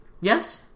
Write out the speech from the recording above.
Yes